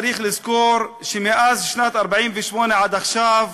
צריך לזכור שמאז שנת 1948 עד עכשיו,